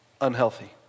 unhealthy